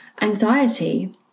anxiety